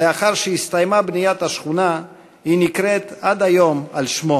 לאחר שהסתיימה בניית השכונה היא נקראה על שמו: